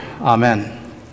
Amen